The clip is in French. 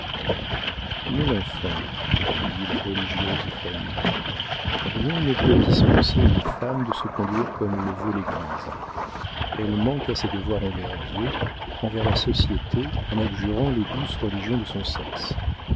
mon enfant dit la religieuse fanny rien ne peut dispenser une femme de se conduire comme le veut l'église elle manque à ses devoirs envers dieu envers la société en abjurant les douces religions de son sexe